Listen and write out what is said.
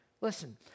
Listen